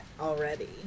already